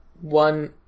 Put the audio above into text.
one